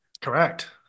Correct